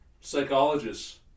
Psychologists